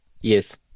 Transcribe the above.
Yes